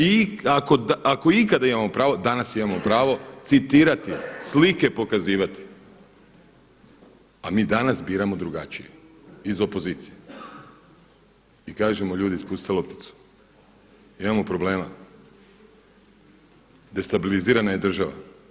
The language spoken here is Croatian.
I ako ikada imamo pravo danas imamo pravo citirati, slike pokazivati a mi danas biramo drugačije iz opozicije i kažemo ljudi spustite lopticu, imamo problema destabilizirana je država.